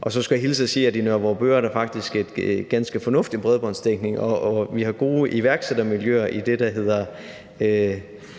Og så skulle jeg hilse og sige, at i Nørre Vorupør er der faktisk en ganske fornuftig bredbåndsdækning, og vi har gode iværksættermiljøer i det, der vistnok